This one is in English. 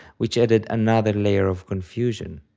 which added another layer of confusion.